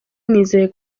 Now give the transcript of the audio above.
nizeye